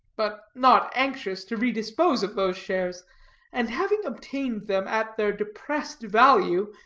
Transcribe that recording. but not anxious, to redispose of those shares and having obtained them at their depressed value,